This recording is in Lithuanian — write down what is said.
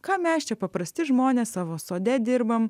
ką mes čia paprasti žmonės savo sode dirbame